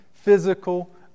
physical